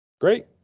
Great